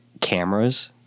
cameras